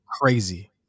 crazy